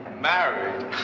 Married